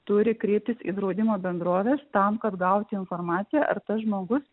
turi kreiptis į draudimo bendrovės tam kad gauti informaciją ar tas žmogus